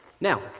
Now